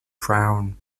brown